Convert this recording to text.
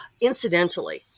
incidentally